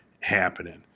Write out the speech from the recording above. happening